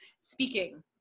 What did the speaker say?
Speaking